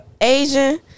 Asian